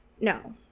no